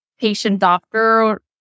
patient-doctor